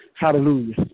Hallelujah